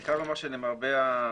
אני חייב לומר שלמרבה הצער